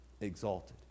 exalted